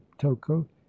toko